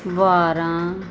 ਵਾਰਾਂ